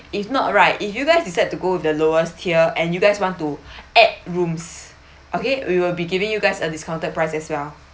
if not right if you guys decide to go with the lowest tier and you guys want to add rooms okay we will be giving you guys are discounted price as well